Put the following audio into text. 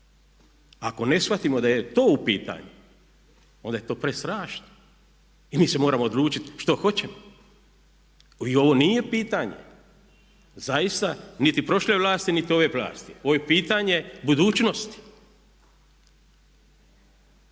Ako ne shvatimo da je to u pitanju onda je to prestrašno. I mi se moramo odlučiti što hoćemo. Ovo nije pitanje zaista niti prošle vlasti niti ove vlasti, ovo je pitanje budućnosti.